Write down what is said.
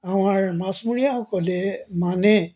আমাৰ মাছমৰীয়াসকলে মানে